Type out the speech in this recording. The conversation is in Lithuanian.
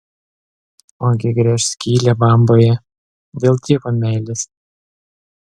ogi gręš skylę bamboje dėl dievo meilės